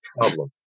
problem